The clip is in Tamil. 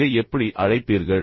இதை எப்படி அழைப்பீர்கள்